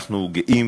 אנחנו גאים